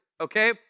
okay